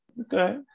Okay